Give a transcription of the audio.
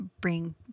bring